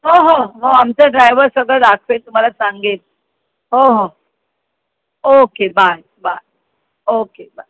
हो हो हो आमचा ड्रायवर सगळं दाखवेल तुम्हाला सांगेन हो हो okay bye bye okay bye